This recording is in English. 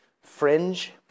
fringe